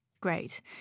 Great